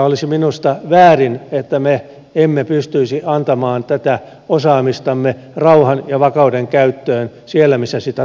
olisi minusta väärin että me emme pystyisi antamaan tätä osaamistamme rauhan ja vakauden käyttöön siellä missä sitä tarvitaan